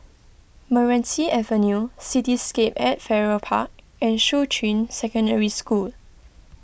Meranti Avenue Cityscape at Farrer Park and Shuqun Secondary School